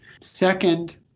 Second